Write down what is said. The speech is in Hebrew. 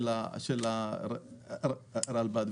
הרלב"ד.